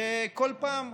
וכל פעם,